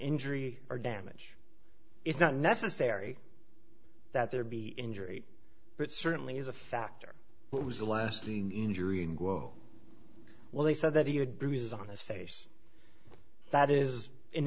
injury or damage it's not necessary that there be injury but certainly is a factor what was the last injury and go well they said that he had bruises on his face that is an